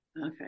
Okay